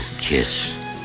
kiss